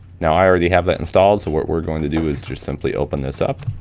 now, i already have that installed, so what we're gonna do is just simply open this up.